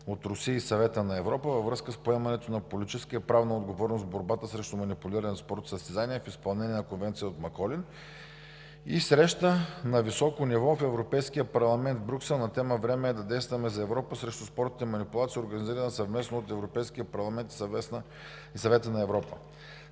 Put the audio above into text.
от Русия и Съвета на Европа във връзка с поемането на политическа и правна отговорност в борбата срещу манипулирането на спортни състезания в изпълнение на Конвенцията от Маколин, и среща на високо ниво в Европейския парламент в Брюксел на тема: „Време е да действаме за Европа срещу спортните манипулации“, организирана съвместно от Европейския парламент и Съвета на Европа.